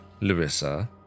Larissa